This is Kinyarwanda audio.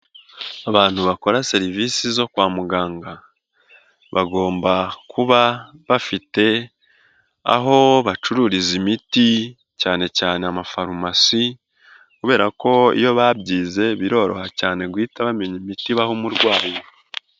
Abantu bakora serivisi zo kwa muganga, bagomba kuba bafite aho bacururiza imiti cyane cyane amafarumasi, kubera ko iyo babyize biroroha cyane guhita bamenya imiti baha umurwayi.